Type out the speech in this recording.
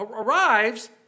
arrives